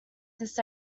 this